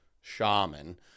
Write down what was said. shaman